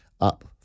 up